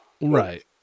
Right